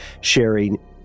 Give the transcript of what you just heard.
sharing